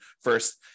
first